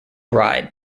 ride